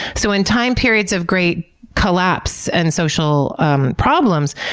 so, in time periods of great collapse and social um problems,